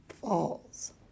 falls